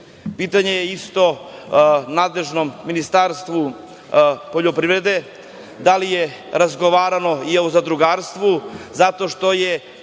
biljem. Pitanje je isto nadležnom Ministarstvu poljoprivrede – da li je razgovarano i o zadrugarstvu, zato što je